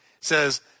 says